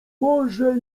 może